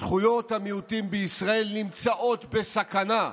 זכויות המיעוטים בישראל נמצאות בסכנה.